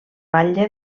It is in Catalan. batlle